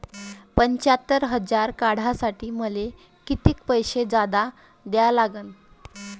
पंच्यात्तर हजार काढासाठी मले कितीक पैसे जादा द्या लागन?